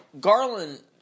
Garland